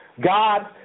God